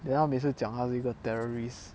then 他每次讲他是一个 terrorist